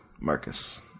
Marcus